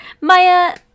maya